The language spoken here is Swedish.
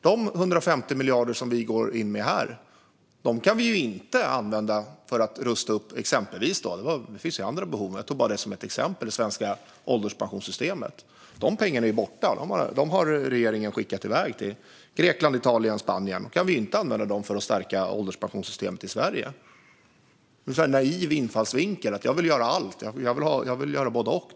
De 150 miljarder kronor som vi går in med här kan vi inte använda för att rusta upp exempelvis det svenska ålderspensionssystemet - det finns andra behov också. Dessa pengar är borta. De har regeringen skickat iväg till Grekland, Italien och Spanien. Då kan vi inte använda dem för att stärka ålderspensionssystemet i Sverige. Det är en naiv infallsvinkel att man vill göra både och - göra allt.